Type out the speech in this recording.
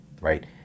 right